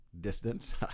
distance